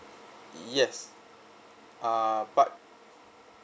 yes uh but